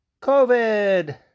COVID